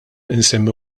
nsemmi